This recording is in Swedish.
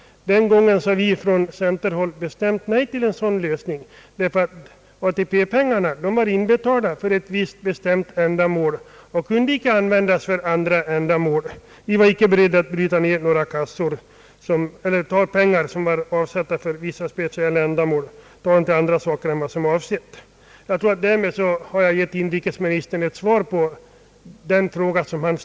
Den gången sade centerpartiet nej till en sådan lösning, därför att ATP-pengarna var inbetalade för ett visst ändamål och följaktligen inte kunde användas för andra. I varje fall var inte vi beredda att gå med på det. Jag tror att jag därmed har gett inrikesministern ett svar på hans fråga.